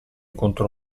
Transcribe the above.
contro